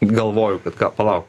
galvoju kad palauk